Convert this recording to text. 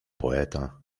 poeta